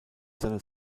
seine